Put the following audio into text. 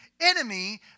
enemy